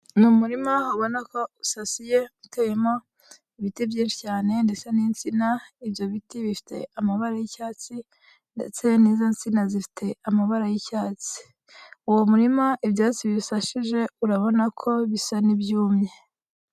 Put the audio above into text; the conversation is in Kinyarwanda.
Ni umurima ubona ko usasiye uteyemo ibiti byinshi cyane ndetse n'insina, ibyo biti bifite amabara y'icyatsi ndetse n'izo nsina zifite amabara y'icyatsi, uwo murima ibyatsi bisashije urabona ko bisa n'ibyumye.